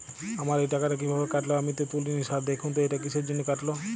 আমার এই টাকাটা কীভাবে কাটল আমি তো তুলিনি স্যার দেখুন তো এটা কিসের জন্য কাটল?